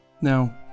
Now